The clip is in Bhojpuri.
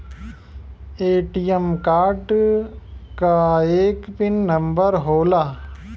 ए.टी.एम कार्ड क एक पिन नम्बर होला